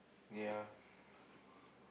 ya